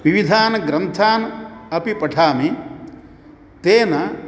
विविधान् ग्रन्थान् अपि पठामि तेन